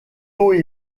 haut